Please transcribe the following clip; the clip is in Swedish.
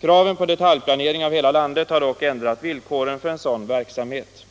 Kraven på detaljplanering av hela landet har dock ändrat villkoren för en sådan verksamhet.